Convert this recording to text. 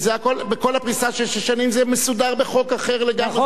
כל הפריסה של שש שנים, זה מוסדר בחוק אחר לגמרי.